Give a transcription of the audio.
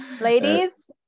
Ladies